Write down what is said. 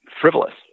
frivolous